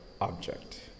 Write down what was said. object